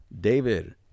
David